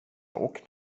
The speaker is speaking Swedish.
och